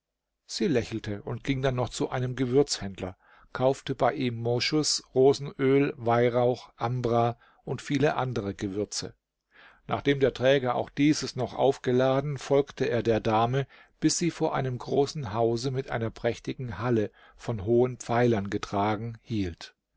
sie lächelte und ging dann noch zu einem gewürzhändler kaufte bei ihm moschus rosenöl weihrauch ambra und viele andere gewürze nachdem der träger auch dieses noch aufgeladen folgte er der dame bis sie vor einem großen hause mit einer prächtigen halle von hohen pfeilern getragen hielt